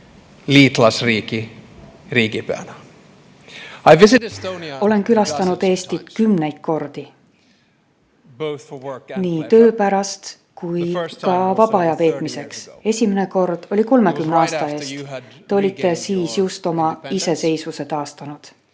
liitlasriigi riigipeana. Olen külastanud Eestit kümneid kordi, nii töö pärast kui ka vaba aja veetmiseks. Esimene kord oli 30 aasta eest. Te olite siis just oma iseseisvuse taastanud.